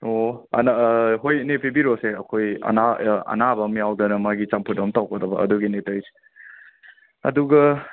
ꯑꯣ ꯑꯅ ꯍꯣꯏ ꯏꯅꯦ ꯄꯤꯕꯤꯔꯣꯁꯦ ꯑꯩꯈꯣꯏ ꯑꯅꯥ ꯑꯅꯥꯕ ꯑꯝ ꯌꯥꯎꯗꯅ ꯃꯥꯒꯤ ꯆꯝꯐꯨꯠ ꯑꯝ ꯇꯧꯒꯗꯕ ꯑꯗꯨꯒꯤꯅꯤ ꯇꯧꯔꯤꯁꯦ ꯑꯗꯨꯒ